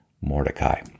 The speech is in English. Mordecai